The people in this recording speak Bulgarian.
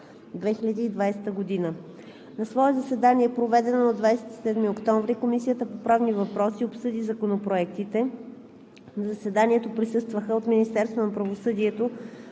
2020 г. На свое заседание, проведено на 27 октомври, Комисията по правни въпроси обсъди законопроектите. На заседанието присъстваха от Министерството на правосъдието: